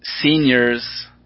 seniors